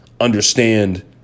understand